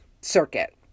circuit